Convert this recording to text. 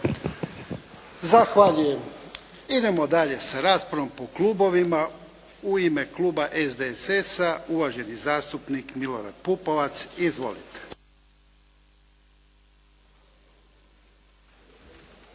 Zahvaljujem. Idemo dalje sa raspravom po klubovima. U ime kluba SDS-a uvaženi zastupnik Milorad Pupovac. Izvolite.